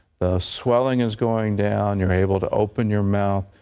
swelling is going down. you're able to open your mouth.